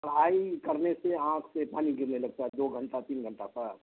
پڑھائی کرنے سے آنکھ سے پانی گرنے لگتا ہے دو گھنٹہ تین گھنٹہ پر